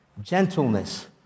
gentleness